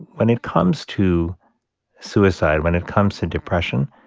when it comes to suicide, when it comes to depression,